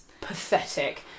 pathetic